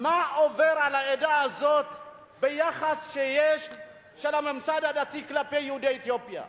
מה עובר על העדה הזאת ביחס של הממסד הדתי כלפי יהודי אתיופיה,